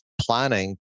planning